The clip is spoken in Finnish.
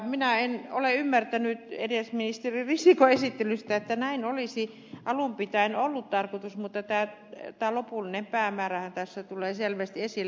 minä en ole ymmärtänyt edes ministeri risikon esittelystä että tämä olisi alun pitäen ollut tarkoitus mutta tämä lopullinen päämäärähän tässä tulee selvästi esille